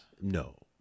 No